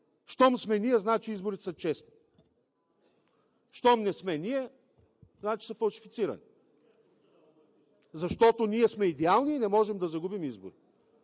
Щом сме ние, значи изборите са честни, щом не сме ние, значи са фалшифицирани, защото ние сме идеални и не можем да загубим избори.